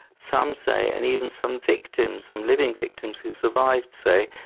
some say and even some victims, some living victims who survived say,